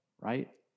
right